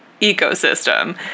ecosystem